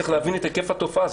צריך להבין את היקף התופעה.